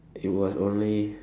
it was only